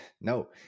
no